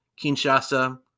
Kinshasa